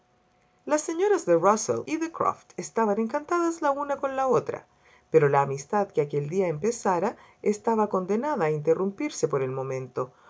las señoras de rusell y de croft estaban encantadas la una con la otra pero la amistad que aquel día empezara estaba condenada a interrumpirse por el momento